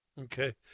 Okay